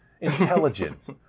intelligent